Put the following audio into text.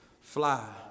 Fly